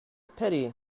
pity